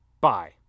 Bye